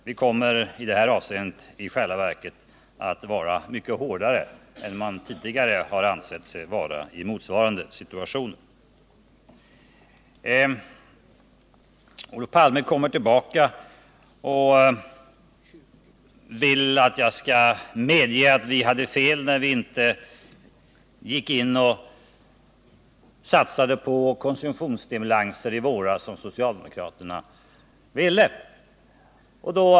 Vi kommer i det här avseendet i själva verket att vara mycket hårdare än vad man tidigare har ansett sig behöva vara i motsvarande situation. Olof Palme kommer tillbaka och vill att jag skall medge att vi hade fel när vi inte satsade på konsumtionsstimulanser i våras, som socialdemokraterna ville.